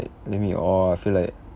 make me oh I feel like